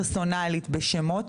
אם אני יכולה למסור פרסונלית בשמות.